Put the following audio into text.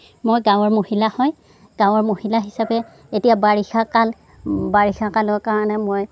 মই গাঁৱৰ মহিলা হয় গাঁৱৰ মহিলা হিচাপে এতিয়া বাৰিষা কাল বাৰিষা কালৰ কাৰণে মই